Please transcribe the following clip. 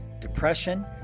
depression